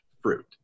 fruit